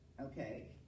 okay